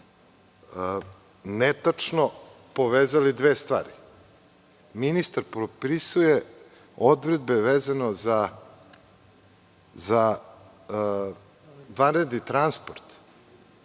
netačno povezali dve stvari. Ministar propisuje odredbe vezane za vanredni transport,